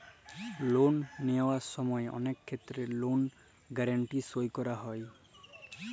লল লিয়ার সময় অলেক ক্ষেত্রে লল গ্যারাল্টি সই ক্যরা হ্যয়